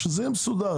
שזה יהיה מסודר.